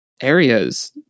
areas